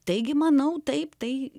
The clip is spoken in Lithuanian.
taigi manau taip tai